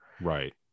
Right